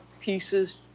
pieces